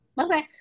Okay